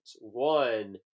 One